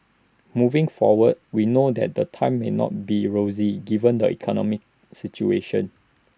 moving forward we know that the times may not be rosy given the economic situation